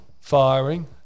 firing